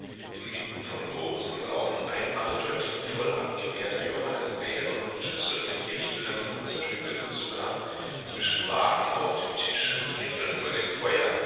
inmitten von großen braunen einmachetöpfen voll abgebeerter johannisbeeren und schüsseln mit geriebenem und zerstückeltem zucker zwischen wagen auf dem tisch und kesseln über dem feuer